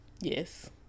Yes